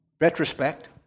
retrospect